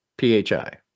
PHI